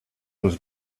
was